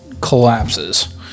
Collapses